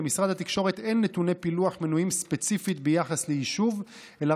למשרד התקשורת אין נתוני פילוח ספציפיים ביחס ליישוב אלא